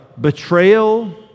betrayal